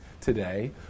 today